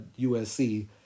USC